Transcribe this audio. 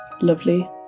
lovely